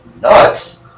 nuts